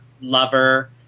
lover